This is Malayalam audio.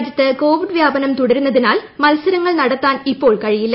രാജ്യത്ത് കോവിഡ് വ്യാപനം തുടരുന്നതിനാൽ മത്സരങ്ങൾ നടത്താൻ ഇപ്പോൾ കഴിയില്ല